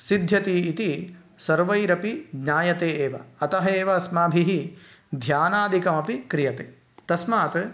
सिध्यति इति सर्वैरपि ज्ञायते एव अतः एव अस्माभिः ध्यानादिकमपि क्रियते तस्मात्